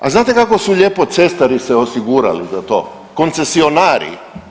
A znate kako su lijepo cestari se osigurali za to, koncesionari?